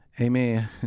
Amen